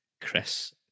Chris